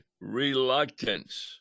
reluctance